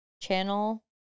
channel